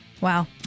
Wow